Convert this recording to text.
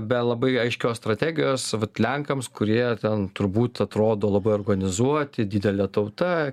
be labai aiškios strategijos vat lenkams kurie ten turbūt atrodo labai organizuoti didelė tauta